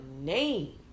name